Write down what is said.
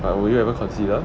but will you ever consider